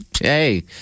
Hey